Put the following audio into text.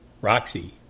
Roxy